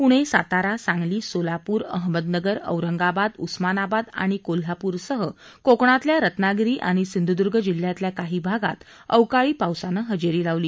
पुणे सातारा सांगली सोलापूर अहमदनगर औरगांबाद उस्मानाबाद आणि कोल्हापूरसह कोकणातल्या रत्नागिरी आणि सिंधुदुर्ग जिल्ह्यातल्या काही भागात अवकाळी पावसानं हजेरी लावली